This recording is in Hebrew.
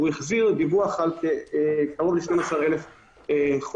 הוא החזיר דיווח על קרוב ל-12,000 חולים.